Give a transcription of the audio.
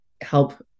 help